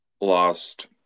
lost